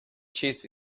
cheese